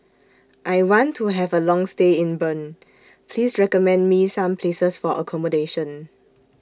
I want to Have A Long stay in Bern Please recommend Me Some Places For accommodation